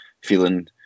feeling